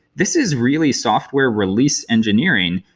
this is really software release engineering.